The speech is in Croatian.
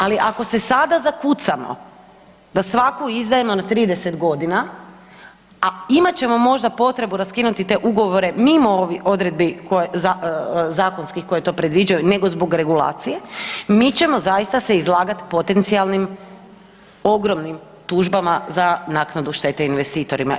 Ali ako se sada zakucamo, da svaku izdajemo na 30 godina, a imat ćemo možda potrebu raskinuti te ugovore mimo ovih odredbi zakonski koje to predviđaju nego zbog regulacije mi ćemo zaista se izlagati potencijalnim ogromnim tužbama za naknadu štete investitorima.